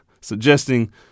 suggesting